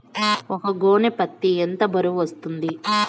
ఒక గోనె పత్తి ఎంత బరువు వస్తుంది?